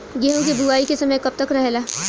गेहूँ के बुवाई के समय कब तक रहेला?